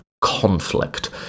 conflict